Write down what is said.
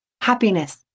happiness